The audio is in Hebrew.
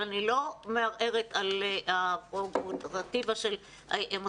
אני לא מערערת על הפררוגטיבה של המוסדות